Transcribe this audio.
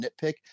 nitpick